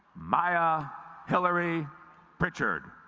maya hilary pritchard